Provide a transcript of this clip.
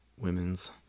women's